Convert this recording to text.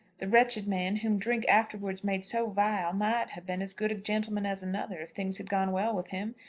the wretched man whom drink afterwards made so vile might have been as good a gentleman as another, if things had gone well with him.